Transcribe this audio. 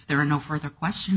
there are no further question